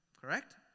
correct